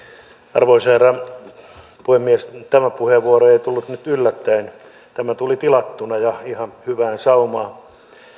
arvoisa herra puhemies tämä puheenvuoro ei tullut nyt yllättäen tämä tuli tilattuna ja ihan hyvään saumaan